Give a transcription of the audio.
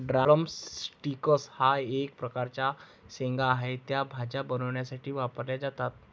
drum sticks हा एक प्रकारचा शेंगा आहे, त्या भाज्या बनवण्यासाठी वापरल्या जातात